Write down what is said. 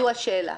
זו השאלה.